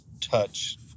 touch